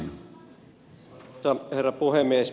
arvoisa herra puhemies